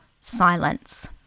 silence